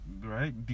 right